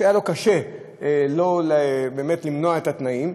שהיה לו קשה למנוע את התנאים.